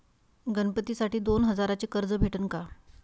गणपतीसाठी दोन हजाराचे कर्ज भेटन का?